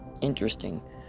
Interesting